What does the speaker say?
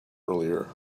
earlier